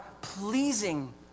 pleasing